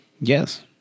Yes